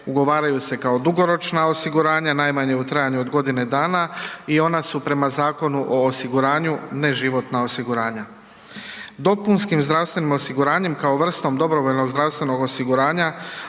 ugovaraju se kao dugoročna osiguranja, najmanje u trajanju od godine dana i ona su prema Zakonu o osiguranju ne životna osiguranja. DZO kao vrstom DZO-a osiguranim osobama osigurava